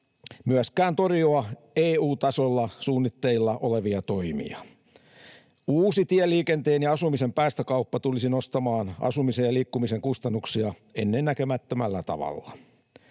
myöskään torjua EU-tasolla suunnitteilla olevia toimia. Uusi tieliikenteen ja asumisen päästökauppa tulisi nostamaan asumisen ja liikkumisen kustannuksia ennennäkemättömällä tavalla.